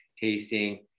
tasting